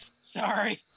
Sorry